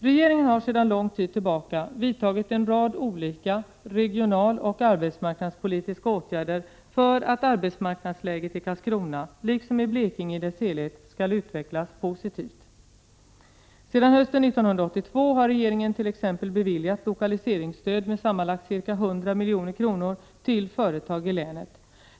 Regeringen har sedan lång tid tillbaka vidtagit en rad olika regionaloch arbetsmarknadspolitiska åtgärder för att arbetsmarknadsläget i Karlskrona, liksom i Blekinge i dess helhet, skall utvecklas positivt. Sedan hösten 1982 har regeringen t.ex. beviljat lokaliseringsstöd med sammanlagt ca 100 milj.kr. till företag i länet.